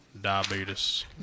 Diabetes